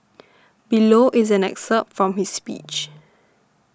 below is an excerpt from his speech